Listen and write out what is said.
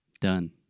done